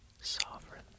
Sovereign